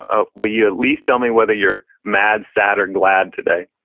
ah will you at least tell me whether you're mad, sad or glad today?